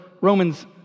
Romans